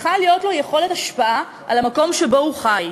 צריכה להיות לו יכולת השפעה על המקום שבו הוא חי,